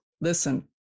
listen